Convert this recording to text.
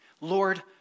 Lord